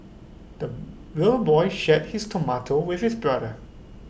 the little boy shared his tomato with his brother